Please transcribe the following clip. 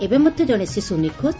ଏବେ ମଧ୍ଧ ଜଣେ ଶିଶ୍ନ ନିଖୋଜ